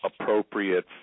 appropriate